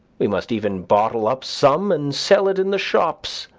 we must even bottle up some and sell it in the shops,